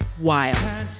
wild